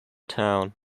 town